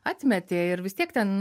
atmetė ir vis tiek ten